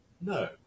No